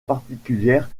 particulière